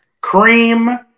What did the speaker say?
cream